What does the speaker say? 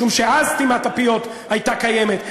משום שאז סתימת הפיות הייתה קיימת,